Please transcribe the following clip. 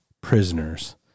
prisoners